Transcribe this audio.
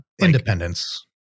Independence